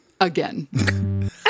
Again